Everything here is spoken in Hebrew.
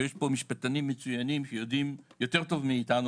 ויש פה משפטנים מצוינים שיודעים יותר טוב מאיתנו,